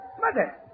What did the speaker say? Mother